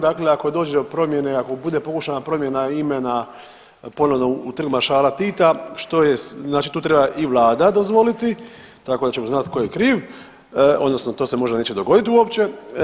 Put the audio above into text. Dakle, ako dođe do promjene, ako bude pokušana promjena imena ponovno u Trg maršala Tita što je, znači to treba i vlada dozvoliti tako da ćemo znati tko je kriv odnosno to možda neće dogoditi uopće.